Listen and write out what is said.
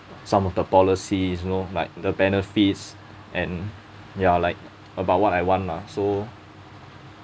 some of the policy is you know like the benefits and ya like about what I want lah so